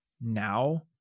now